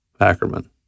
Ackerman